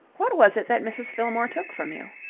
what was it that mrs. fillmore took from you?